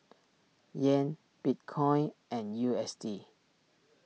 Yen Bitcoin and U S D